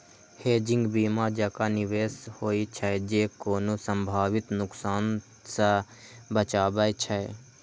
hedging बीमा जकां निवेश होइ छै, जे कोनो संभावित नुकसान सं बचाबै छै